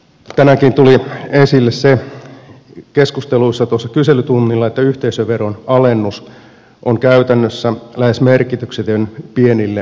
tänäänkin tuli esille keskusteluissa kyselytunnilla että yhteisöveron alennus on käytännössä lähes merkityksetön pienille osakeyhtiöille